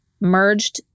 merged